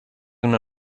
una